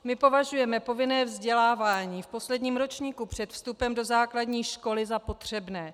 My považujeme povinné vzdělávání v posledním ročníku před vstupem do základní školy za potřebné.